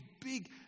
big